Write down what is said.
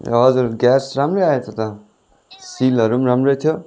हजुर ग्यास राम्रै आएछ त सिलहरू पनि राम्रै थियो